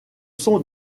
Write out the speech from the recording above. sont